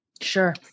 Sure